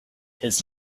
his